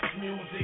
music